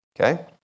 Okay